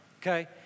okay